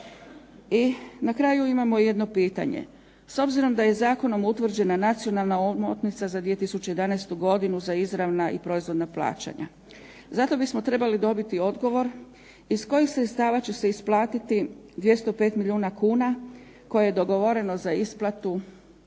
I na kraju imamo jedno pitanje. S obzirom da je zakonom utvrđena nacionalna omotnica za 2011. godinu za izravna i proizvoljna plaćanja zato bismo trebali dobiti odgovor iz kojih sredstava će se isplatiti 205 milijuna kuna koje je dogovoreno za isplatu